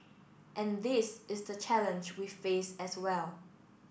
and this is the challenge we face as well